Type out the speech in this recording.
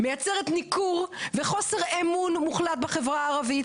מייצרת ניכור וחוסר אמון מוחלט בחברה הערבית.